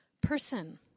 person